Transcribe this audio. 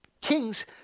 Kings